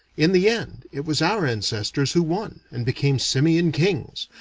in the end it was our ancestors who won, and became simian kings,